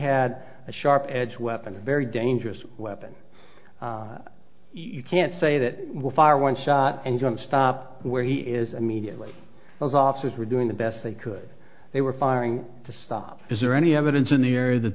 had a sharp edged weapon a very dangerous weapon you can't say that will fire one shot and going to stop where he is and mediately those officers were doing the best they could they were firing to stop is there any evidence in the year that